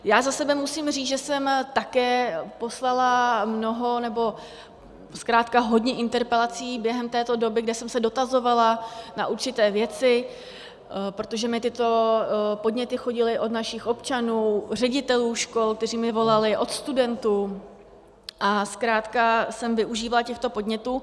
Za sebe musím říct, že jsem také poslala mnoho, nebo zkrátka hodně interpelací během této doby, kde jsem se dotazovala na určité věci, protože mi tyto podněty chodily od našich občanů, ředitelů škol, kteří mi volali, od studentů, a zkrátka jsem využívala těchto podnětů.